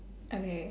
okay